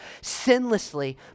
sinlessly